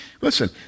Listen